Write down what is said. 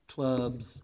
Clubs